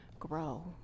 grow